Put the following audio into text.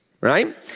right